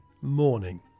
morning